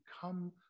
come